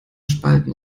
spalten